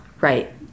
right